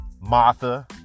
Martha